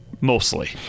mostly